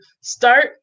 start